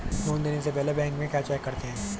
Loan देने से पहले बैंक में क्या चेक करते हैं?